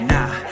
Nah